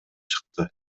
чыкты